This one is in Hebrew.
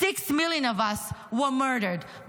six million of us were murdered,